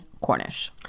Cornish